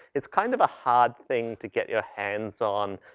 it's kind of a hard thing to get your hands on,